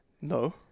no